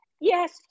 yes